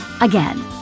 Again